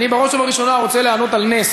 אני בראש ובראשונה רוצה להעלות על נס